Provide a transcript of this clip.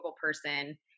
person